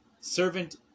servant